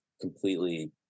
completely